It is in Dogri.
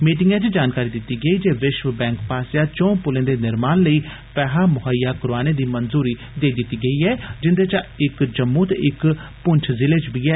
मीटिंगै च जानकारी दित्ती गेई जे विष्व बैंक पासेया चौं पुले दे निर्माण लेई पैहा मुहईया करोआने दी मंजूरी देई दित्ती गेई ऐ जिन्दे चा इक जम्मू ते इक पुंछ जिले च बी ऐ